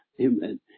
Amen